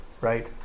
right